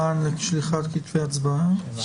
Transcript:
המען לשליחת כתבי הצבעה,